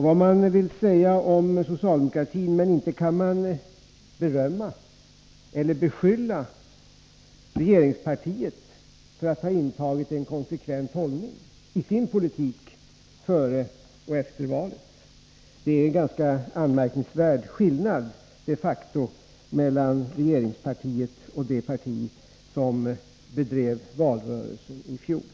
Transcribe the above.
Vad man än vill säga om socialdemokratin, så kan man inte berömma regeringspartiet för att ha intagit en konsekvent hållning i sin politik före resp. efter valet. Det är en ganska anmärkningsvärd skillnad de facto mellan regeringspartiets agerande nu och dess agerande i valrörelsen i fjol.